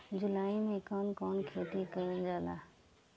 जुलाई मे कउन कउन खेती कईल जाला?